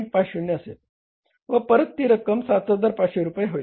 50 असेल व परत ती रक्कम 7500 रुपये होईल